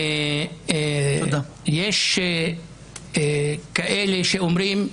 יש כאלה שאומרים,